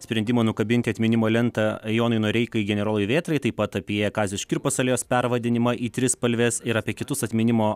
sprendimą nukabinti atminimo lentą jonui noreikai generolui vėtrai taip pat apie kazio škirpos alėjos pervadinimą į trispalvės ir apie kitus atminimo